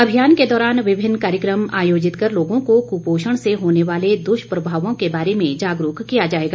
अभियान के दौरान विभिन्न कार्यक्रम आयोजित कर लोगों को कुपोषण से होने वाले दुष्प्रभावों के बारे में जागरूक किया जाएगा